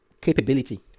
capability